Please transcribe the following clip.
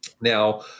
Now